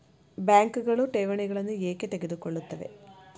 ಬ್ಯಾಂಕುಗಳು ಠೇವಣಿಗಳನ್ನು ಏಕೆ ತೆಗೆದುಕೊಳ್ಳುತ್ತವೆ?